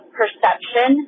perception